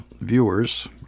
viewers